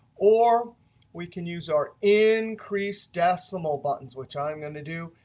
or we can use our increased decimal buttons which i'm going to do.